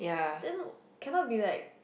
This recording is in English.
then cannot be like